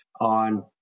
on